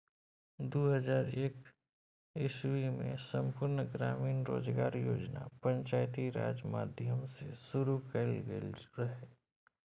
दु हजार एक इस्बीमे संपुर्ण ग्रामीण रोजगार योजना पंचायती राज माध्यमसँ शुरु कएल गेल रहय